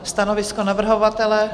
Stanovisko navrhovatele?